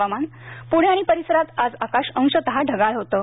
हवामान पुणे आणि परिसरात आज आकाश अंशतः ढगाळ होतं